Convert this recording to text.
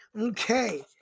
Okay